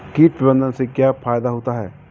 कीट प्रबंधन से क्या फायदा होता है?